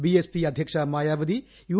BSP അധ്യക്ഷ Mayawati U